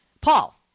Paul